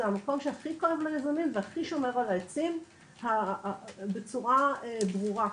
זה המקום שהכי כואב ליזמים והכי שומר על העצים בצורה ברורה.